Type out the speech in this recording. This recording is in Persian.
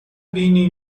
بینی